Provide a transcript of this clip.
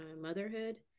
motherhood